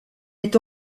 est